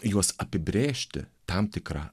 juos apibrėžti tam tikra